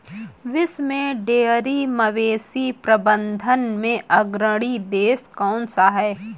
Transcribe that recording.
विश्व में डेयरी मवेशी प्रबंधन में अग्रणी देश कौन सा है?